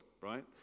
right